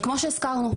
כמו שהזכרנו,